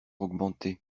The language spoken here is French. augmenté